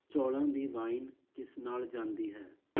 ਚੌਲ਼ਾਂ ਦੀ ਵਾਈਨ ਕਿਸ ਨਾਲ ਜਾਂਦੀ ਹੈ